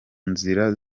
nzira